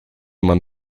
man